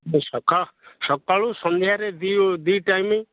ସକାଳ ସକାଳୁ ସନ୍ଧ୍ୟାରେ ଦୁଇ ଦୁଇ ଟାଇମ୍